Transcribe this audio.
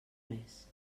més